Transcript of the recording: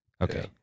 Okay